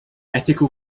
ethical